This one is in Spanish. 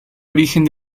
origen